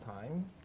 time